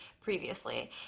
previously